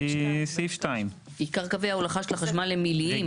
סעיף 2. עיקר קווי ההולכה של החשמל הם עיליים,